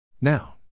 Now